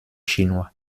chinois